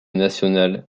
nationale